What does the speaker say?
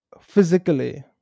physically